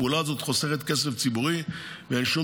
הפעולה הזאת חוסכת כסף ציבורי ואין שום